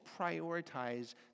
prioritize